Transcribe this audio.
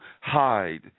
hide